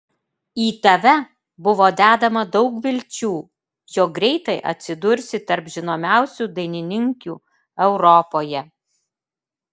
į tave buvo dedama daug vilčių jog greitai atsidursi tarp žinomiausių dainininkių europoje